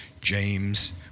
James